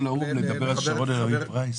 הלכנו לאו"ם לדבר על שרון אלרעי פרייס?